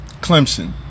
Clemson